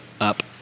up